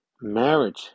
Marriage